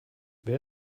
wer